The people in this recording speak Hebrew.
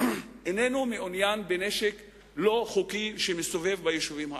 איננו מעוניין בנשק לא חוקי שמסתובב ביישובים הערביים.